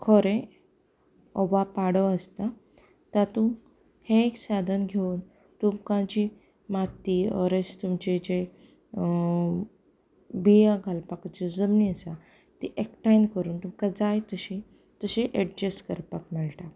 खरें वा पाडो आसता तातूंत हें एक साधन घेवन तुमकां जी माती ओर एल्स तुमचें जें बिंयो घालपाक ज्यो जमनी आसा ती एकठांय करून तुमकां जाय तशी एडजस्ट करपाक मेळटा